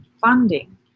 funding